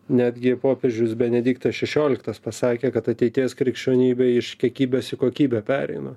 netgi popiežius benediktas šešioliktas pasakė kad ateities krikščionybė iš kiekybės į kokybę pereina